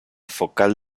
focal